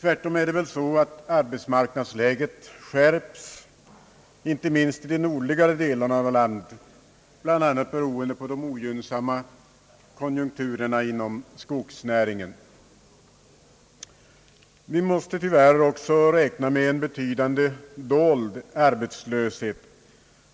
Tvärtom är det väl så att arbetsmarknadsläget skärpts, inte minst i de nordligare delarna av landet, bl.a. beroende på de ogynnsamma konjunkturerna inom skogsnäringen. Vi måste tyvärr också räkna med en betydande dold arbetslöshet,